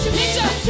picture